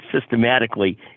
systematically